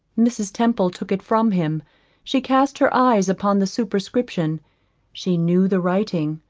mrs. temple took it from him she cast her eyes upon the superscription she knew the writing.